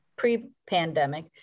pre-pandemic